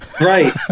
Right